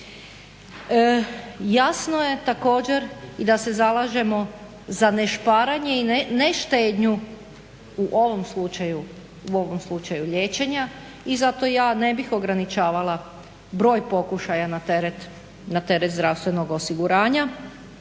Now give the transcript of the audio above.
Jasno je također i da se zalažemo za ne šparanje i ne štednju u ovom slučaju liječenja i zato ja ne bih ograničavala broj pokušaja na teret zdravstvenog osiguranja